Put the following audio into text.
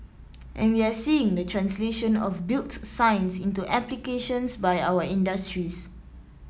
and we are seeing the translation of built science into applications by our industries